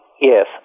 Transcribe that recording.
yes